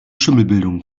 schimmelbildung